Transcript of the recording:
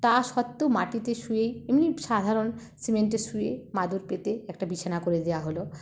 তা সত্ত্বেও মাটিতে শুয়ে এমনি সাধারণ সিমেন্টে শুয়ে মাদুর পেতে একটা বিছানা করে দেওয়া হল